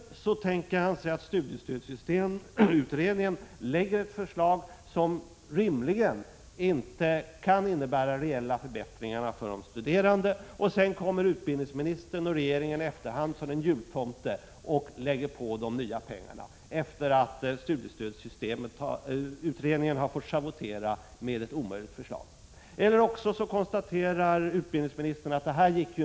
Antingen tänker han sig att studiestödsutredningen lägger fram ett förslag som rimligen inte kan innebära reella förbättringar för de studerande och att regeringen och utbildningsministern i efterhand kommer som en jultomte och lägger på de nya pengarna, efter det att studiestödsutredningen har fått schavottera med ett omöjligt förslag. Eller också konstaterar utbildningsministern att det här gick inte.